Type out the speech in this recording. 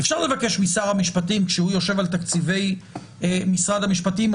ואי אפשר לבקש משר המשפטים כשהוא יושב על תקציבי משרד המשפטים,